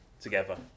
together